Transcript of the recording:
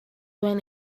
when